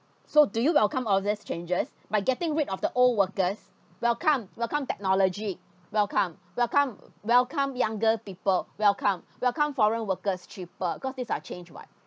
so do you welcome all these changes by getting rid of the old workers welcome welcome technology welcome welcome welcome younger people welcome welcome foreign workers cheaper cause these are change [what]